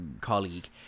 colleague